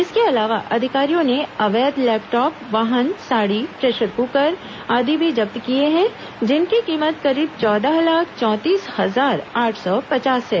इसके अलावा अधिकारियों ने अवैध लैपटाप वाहन साड़ी प्रेशर कुकर आदि भी जब्त किए हैं जिनकी कीमत करीब चौदह लाख चौंतीस हजार आठ सौ पचास है